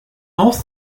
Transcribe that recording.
north